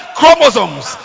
chromosomes